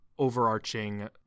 overarching